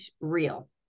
real